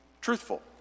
truthful